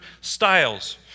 styles